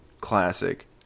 Classic